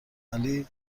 ولی